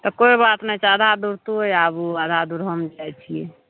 तऽ कोइ बात नहि छै आधा दूर तोए आबू आधा दूर हम जाइ छी